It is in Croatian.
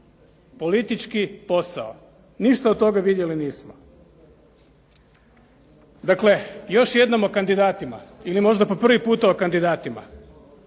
Politički posao. Ništa od toga vidjeli nismo. Dakle još jednom o kandidatima ili možda po prvi puta o kandidatima.